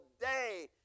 day